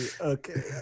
Okay